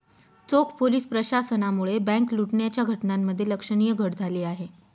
चोख पोलीस प्रशासनामुळे बँक लुटण्याच्या घटनांमध्ये लक्षणीय घट झाली आहे